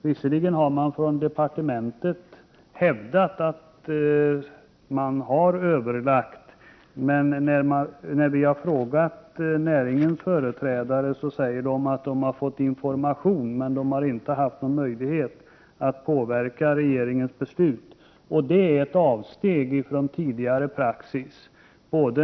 Visserligen har man från departementet hävdat att man har överlagt, men när vi frågar näringens företrädare säger de att de har fått information men inte haft någon möjlighet att påverka regeringens beslut. Det är ett avsteg från tidigare praxis.